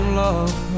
love